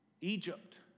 Egypt